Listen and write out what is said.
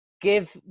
give